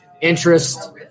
interest